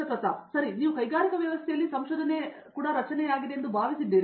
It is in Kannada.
ಪ್ರತಾಪ್ ಹರಿದಾಸ್ ಸರಿ ನೀವು ಕೈಗಾರಿಕಾ ವ್ಯವಸ್ಥೆಯಲ್ಲಿ ಸಂಶೋಧನೆ ಕೂಡಾ ರಚನೆಯಾಗಿದೆ ಎಂದು ಭಾವಿಸಿದ್ದೀರಿ